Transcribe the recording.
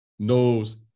knows